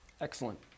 Excellent